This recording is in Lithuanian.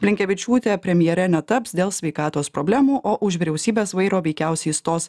blinkevičiūtė premjere netaps dėl sveikatos problemų o už vyriausybės vairo veikiausiai stos